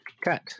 cut